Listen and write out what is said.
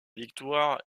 victoire